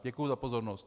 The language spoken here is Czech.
Děkuji za pozornost.